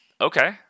Okay